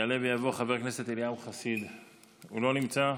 יעלה ויבוא חבר הכנסת אליהו חסיד, הוא לא נמצא.